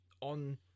on